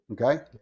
Okay